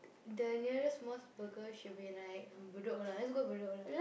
the nearest Mos-Burger should be like Bedok lah let's go Bedok lah